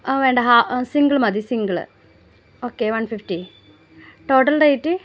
വേണ്ട ഹാ സിംഗിൾ മതി single okay one fifty total rate